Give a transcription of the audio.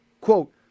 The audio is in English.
quote